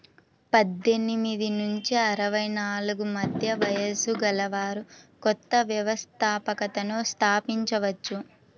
పద్దెనిమిది నుంచి అరవై నాలుగు మధ్య వయస్సు గలవారు కొత్త వ్యవస్థాపకతను స్థాపించవచ్చు